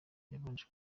babanje